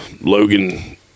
Logan